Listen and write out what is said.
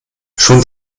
schon